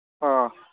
ꯑꯥ